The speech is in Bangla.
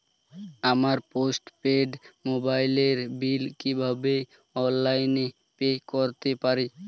আমার পোস্ট পেইড মোবাইলের বিল কীভাবে অনলাইনে পে করতে পারি?